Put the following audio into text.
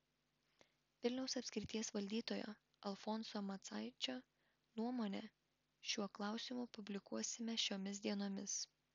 vilniaus apskrities valdytojo alfonso macaičio nuomonę šiuo klausimu publikuosime šiomis dienomis